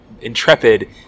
intrepid